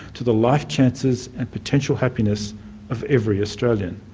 to the life chances and potential happiness of every australian.